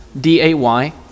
d-a-y